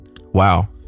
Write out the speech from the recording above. Wow